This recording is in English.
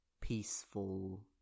peaceful